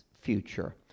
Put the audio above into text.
future